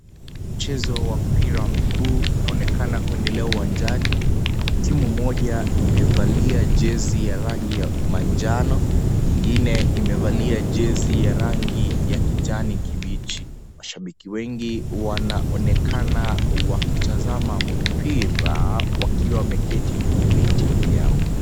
Mchezo wa mpira wa miguu unaonekana kuendelea uwanjani. Timu moja imevalia jezi ya rangi ya manjano, ingine imevalia jezi ya rangi ya kijani kibichi. Mashabiki wengi wanaonekana wakitazama mpira wakiwa wameketi kwenye viti vyao.